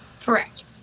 Correct